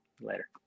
Later